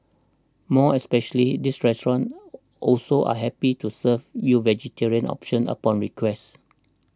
more especially this restaurant also are happy to serve you vegetarian options upon request